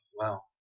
wow